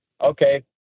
okay